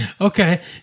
Okay